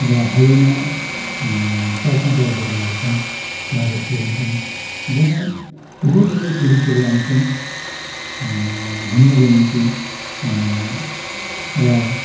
र हाईवेमा चार पाँचवटा दोकानहरू छन् त्यहाँ रेस्टुरेन्ट छन् जहाँ धेरै धेरै टुरिस्टहरू आउँछन् घुम्नको निम्ति र